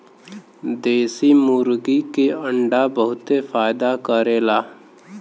देशी मुर्गी के अंडा बहुते फायदा करेला